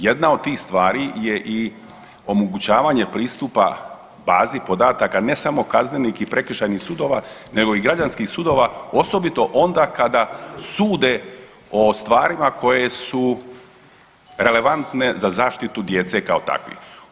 Jedna od tih stvari je i omogućavanje pristupa bazi podataka ne samo kaznenih i prekršajnih sudova nego i građanskih sudova osobito onda kada sude o stvarima koje su relevantne za zaštitu djece kao takvi.